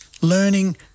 learning